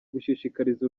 gushishikariza